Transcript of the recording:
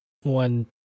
one